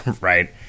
Right